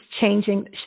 changing